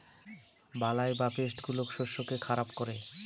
বালাই বা পেস্ট গুলো শস্যকে খারাপ করে